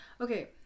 okay